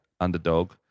underdog